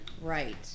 Right